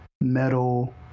metal